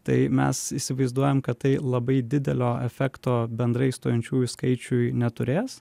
tai mes įsivaizduojam kad tai labai didelio efekto bendrai stojančiųjų skaičiui neturės